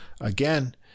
again